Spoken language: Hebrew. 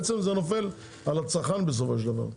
בעצם זה נופל על הצרכן בסופו של דבר.